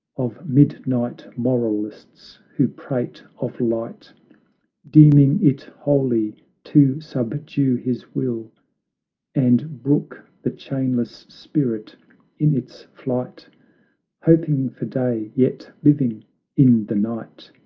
of midnight moralists who prate of light deeming it holy to subdue his will and brook the chainless spirit in its flight hoping for day, yet living in the night,